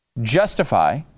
justify